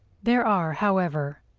there are, however,